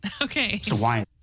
Okay